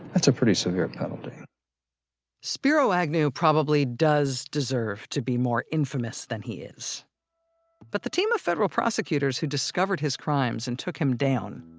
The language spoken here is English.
that's a pretty severe penalty spiro agnew probably does deserve to be more infamous than he is but the team of federal prosecutors who discovered his crimes and took him down,